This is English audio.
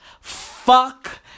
Fuck